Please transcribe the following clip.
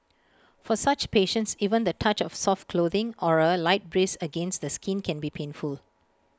for such patients even the touch of soft clothing or A light breeze against the skin can be painful